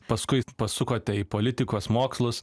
paskui pasukote į politikos mokslus